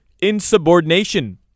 insubordination